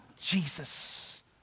Jesus